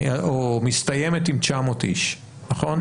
תשפ"ב מסתיימת עם 900 איש, נכון?